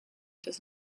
does